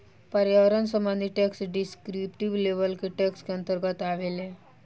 पर्यावरण संबंधी tax descriptive level के टैक्स के अंतर्गत आवेला